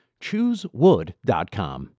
Choosewood.com